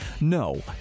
No